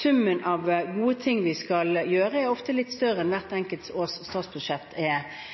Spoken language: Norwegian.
Summen av gode ting vi skal gjøre, er ofte litt større enn hvert